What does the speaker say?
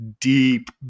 deep